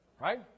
right